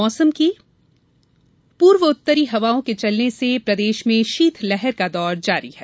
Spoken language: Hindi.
मौसम पूर्व उत्तरी हवाओं के चलने से प्रदेश में शीतलहर का दौर जारी है